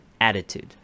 attitude